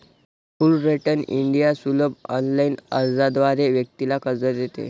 Fullerton India सुलभ online अर्जाद्वारे व्यक्तीला कर्ज देते